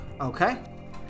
Okay